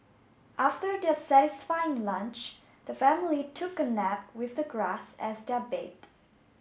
after their satisfying lunch the family took a nap with the grass as their bed